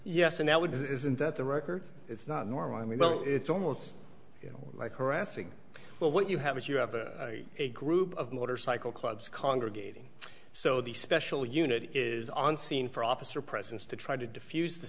yes and that would isn't that the record it's not normal i mean well it's almost like harassing but what you have is you have a group of motorcycle clubs congregating so the special unit is on scene for officer presence to try to defuse the